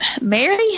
Mary